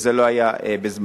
וזה לא היה בזמני.